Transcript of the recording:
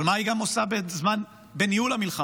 אבל מה היא גם עושה בניהול המלחמה?